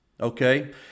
okay